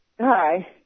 Hi